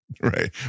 Right